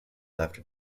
after